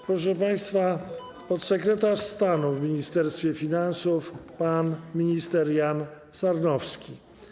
Proszę państwa, podsekretarz stanu w Ministerstwie Finansów pan minister Jan Sarnowski.